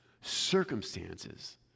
circumstances